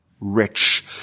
rich